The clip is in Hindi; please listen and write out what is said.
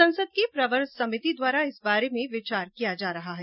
संसद की प्रवर समिति द्वारा इस बारे में विचार किया जा रहा है